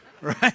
Right